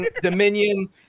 Dominion